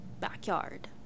backyard